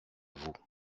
vous